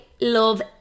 love